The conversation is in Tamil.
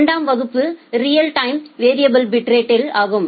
இரண்டாம் வகுப்பு ரியல் டைம் வேறிஏபில் பிட்ரேட்டில் ஆகும்